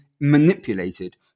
Manipulated